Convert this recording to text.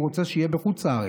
הוא רוצה שהוא יהיה בחוץ לארץ,